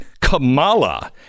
Kamala